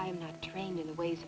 am not trained in the ways